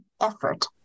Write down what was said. effort